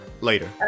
later